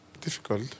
difficult